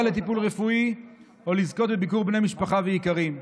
לטיפול רפואי או לזכות בביקור בני משפחה ויקרים.